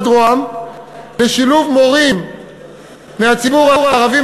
ראש הממשלה לשילוב מורים מהציבור הערבי,